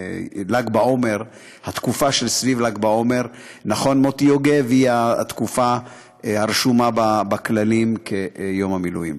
התקופה שסביב ל"ג בעומר היא התקופה הרשומה בכללים כיום המילואים.